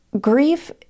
grief